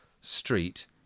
street